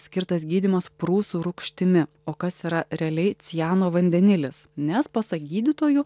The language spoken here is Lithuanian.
skirtas gydymas prūsų rūgštimi o kas yra realiai ciano vandenilis nes pasak gydytojų